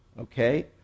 okay